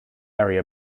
area